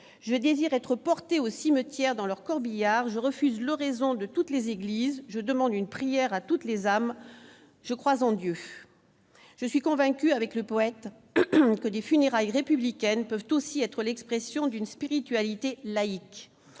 je suis convaincu, avec le poète que des funérailles républicaine peuvent aussi être l'expression d'une spiritualité laïque,